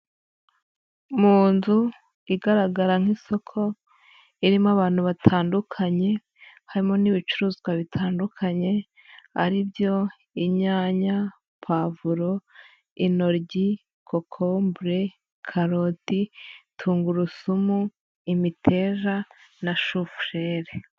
Mu nzu igaragara nk'isoko irimo abantu batandukanye, harimo n'ibicuruzwa bitandukanye ari byo inyanya, pavuro, intoryi, kokombure, karoti, tungurusumu, imiteja na shofurere.